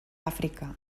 àfrica